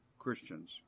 Christians